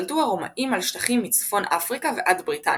שלטו הרומאים על שטחים מצפון אפריקה ועד בריטניה,